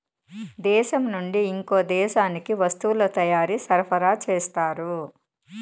దేశం నుండి ఇంకో దేశానికి వస్తువుల తయారీ సరఫరా చేస్తారు